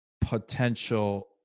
potential